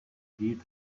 heat